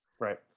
Right